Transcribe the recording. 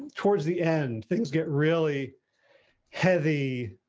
towards the end things get really heavy.